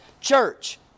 church